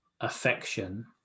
affection